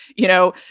you know,